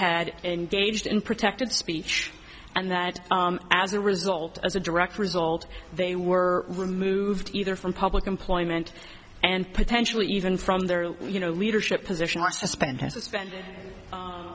had engaged in protected speech and that as a result as a direct result they were removed either from public employment and potentially even from their you know leadership position